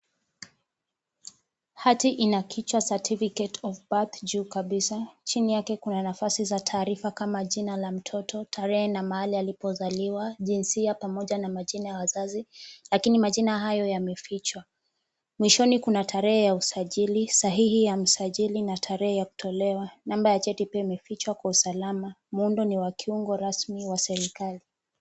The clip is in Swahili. Hati ina kichwa certificate of birth juu kabisa. Chini yake kuna nafasi za taarifa kama jina la mtoto, tarehe na mahali alipozaliwa, jinsia pamoja na majina ya wazazi lakini majina hayo yamefichwa. Mwishoni kuna tarehe ya usajili, sahihi ya msajili na tarehe ya kutolewa. Namba ya cheti pia imefichwa kwa usalama. Muundo ni wa kiungo rasmi wa serikali.